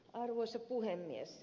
arvoisa puhemies